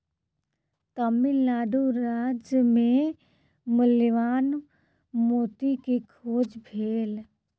तमिल नाडु राज्य मे मूल्यवान मोती के खोज भेल